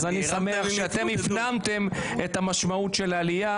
אז אני שמח שאתם הפנמתם את המשמעות של העלייה,